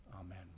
Amen